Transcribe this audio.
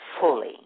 fully